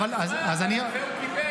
אבל על זה הוא קיבל.